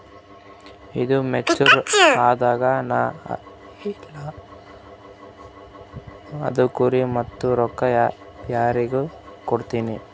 ಈದು ಮೆಚುರ್ ಅದಾಗ ನಾ ಇಲ್ಲ ಅನಕೊರಿ ಮತ್ತ ರೊಕ್ಕ ಯಾರಿಗ ಕೊಡತಿರಿ?